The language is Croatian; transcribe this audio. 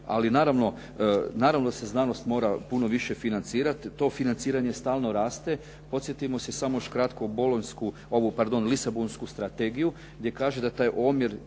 naravno da se znanost mora puno više financirati. To financiranje stalno raste. Podsjetimo se samo još kratko bolonjsku, ovu pardon Lisabonsku strategiju gdje kaže da taj omjer